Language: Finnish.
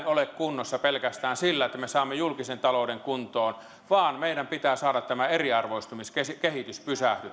ole kunnossa pelkästään sillä että me saamme julkisen talouden kuntoon vaan meidän pitää saada tämä eriarvoistumiskehitys